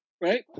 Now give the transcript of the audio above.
Right